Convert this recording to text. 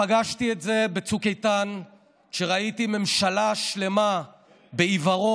פגשתי את זה בצוק איתן כשראיתי ממשלה שלמה בעיוורון,